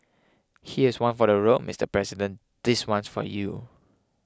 here's one for the road Mister President this one's for you